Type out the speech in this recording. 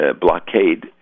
blockade